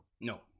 No